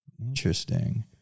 Interesting